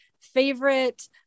favorite